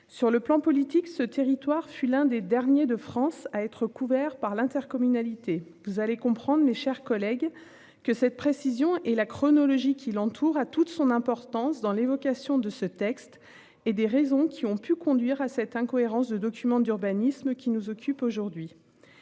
Sur le plan politique, ce territoire fut l'un des derniers de France à être couvert par l'intercommunalité. Vous allez comprendre mes chers collègues, que cette précision et la chronologie qui l'entoure a toute son importance dans l'évocation de ce texte et des raisons qui ont pu conduire à cette incohérence de documents d'urbanisme qui nous occupe aujourd'hui.